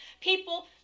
people